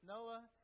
Noah